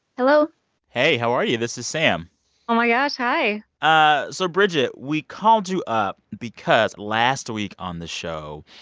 hello hey, how are you? this is sam oh, my gosh. hi ah so, bridget, we called you up because last week on the show,